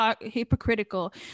hypocritical